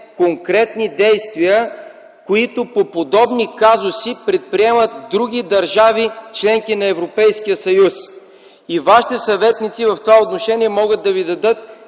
конкретни действия, които по подобни казуси предприемат други държави – членки на Европейския съюз. Вашите съветници в това отношение могат да Ви дадат